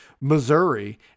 Missouri